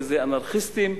וזה אנרכיסטים,